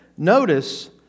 Notice